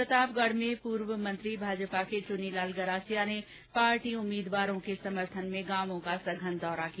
प्रतापगढ में पूर्व मंत्री भाजपा के चुन्नीलाल गरासिया ने पार्टी उम्मीदवारों के समर्थन में गांवों का सघन दौरा दिया